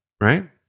right